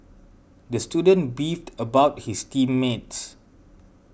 the student beefed about his team mates